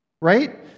right